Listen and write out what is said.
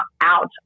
out